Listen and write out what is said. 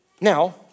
Now